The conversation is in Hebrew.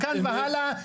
אבל אם כן תנוח דעתך?